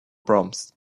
proms